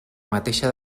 mateixa